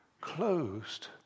closed